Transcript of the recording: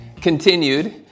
continued